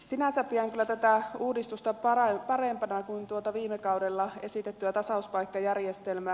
sinänsä pidän kyllä tätä uudistusta parempana kuin tuota viime kaudella esitettyä tasauspaikkajärjestelmää